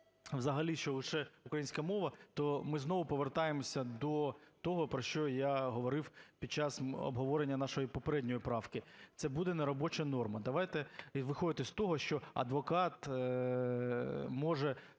взагалі, що лише українська мова, то ми знову повертаємося до того, про що я говорив під час обговорення нашої попередньої правки, це буде неробоча норма. Давайте виходити з того, що адвокат може